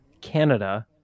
Canada